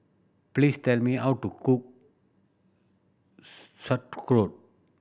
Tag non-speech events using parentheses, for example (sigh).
please tell me how to cook (unintelligible) Sauerkraut